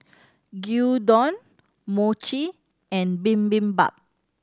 Gyudon Mochi and Bibimbap